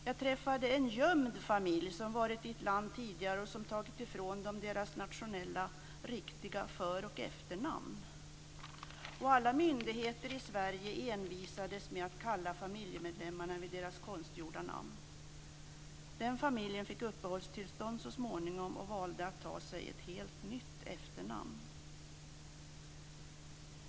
Jag träffade en gömd familj som varit i ett annat land tidigare som tagit ifrån familjen dess nationella riktiga för och efternamn. Och alla myndigheter i Sverige envisades med att kalla familjemedlemmarna vid deras konstgjorda namn. Den familjen fick så småningom uppehållstillstånd och valde att ta sig ett helt nytt efternamn.